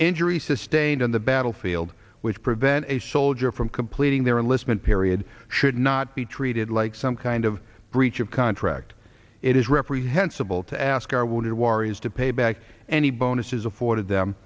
injuries sustained on the battlefield which prevent a soldier from completing their enlistment period should not be treated like some kind of breach of contract it is reprehensible to ask our wounded warriors to pay back any bonuses afforded them